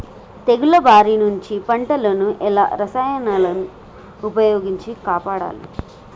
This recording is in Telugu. తెగుళ్ల బారి నుంచి పంటలను ఏ రసాయనాలను ఉపయోగించి కాపాడాలి?